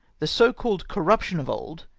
the so-called corruption of old,